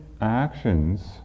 actions